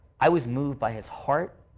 i was moved by his heart,